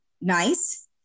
nice